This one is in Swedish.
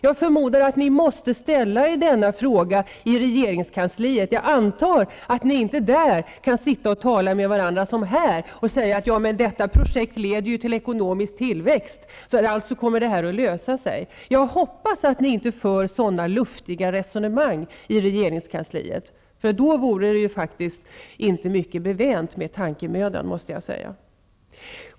Jag förmodar att ni måste ställa er dessa frågor i regeringskansliet; jag antar att ni inte där kan tala med varandra på samma sätt som i denna kammare och säga: Ja, men detta projekt leder ju till ekonomisk tillväxt -- således kommer allt att lösa sig. Jag hoppas att ni inte för sådana luftiga resonemang i regeringskansliet, för då vore det faktiskt inte mycket bevänt med tankemödan, måste jag säga.